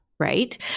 right